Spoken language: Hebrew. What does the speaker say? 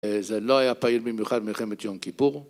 זה לא היה פעיל במיוחד מלחמת יום כיפור.